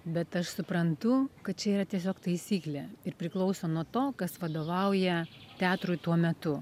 bet aš suprantu kad čia yra tiesiog taisyklė ir priklauso nuo to kas vadovauja teatrui tuo metu